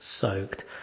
soaked